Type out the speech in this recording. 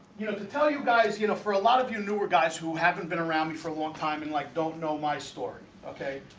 you know to tell you guys you know for a lot of you newer guys who haven't been around me for a long time and like don't know my story, okay